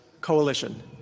Coalition